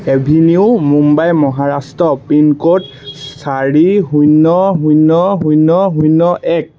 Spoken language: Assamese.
এভিনিউ মুম্বাই মহাৰাষ্ট্ৰ পিনক'ড চাৰি শূন্য শূন্য শূন্য শূন্য এক